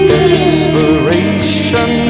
Desperation